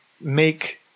make